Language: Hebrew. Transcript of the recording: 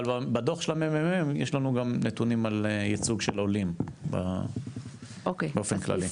אבל בדו"ח של ה-ממ"מ יש לנו גם נתונים על ייצוג של עולים באופן כללי.